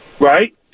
right